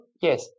Yes